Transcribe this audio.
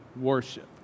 worship